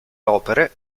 opere